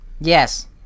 yes